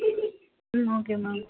okay ma'am